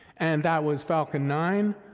and that was falcon nine.